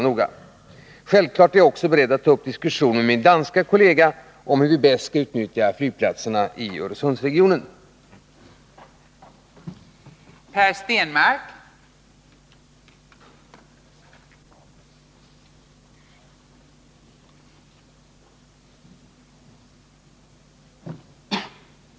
Jag är givetvis också beredd att ta upp diskussioner med min danske kollega om hur flygplatserna i Öresundsregionen bäst kan utnyttjas.